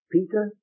Peter